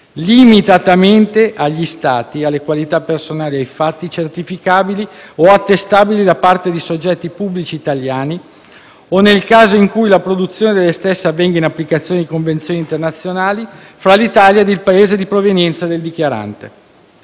limitatamente agli stati, alle qualità personali e ai fatti certificabili o attestabili da parte di soggetti pubblici italiani o nel caso in cui la produzione delle stesse avvenga in applicazione di convenzioni internazionali fra l'Italia e il Paese di provenienza del dichiarante.